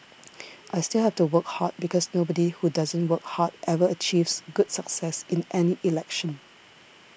I still have to work hard because nobody who doesn't work hard ever achieves good success in any election